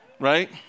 Right